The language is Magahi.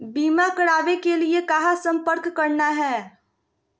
बीमा करावे के लिए कहा संपर्क करना है?